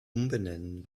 umbenennen